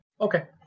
okay